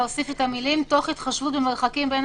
להוסיף את המילים "תוך התחשבות במרחקים בין